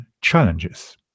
challenges